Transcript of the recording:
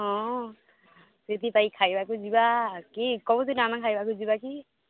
ହଁ ଯଦି ଭାଇ ଖାଇବାକୁ ଯିବା କି କୋଉଥିରେ କୋଉ ଦିନ ଆମେ ଖାଇବାକୁ ଯିବା କି